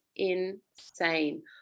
insane